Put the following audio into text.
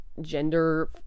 gender